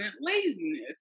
Laziness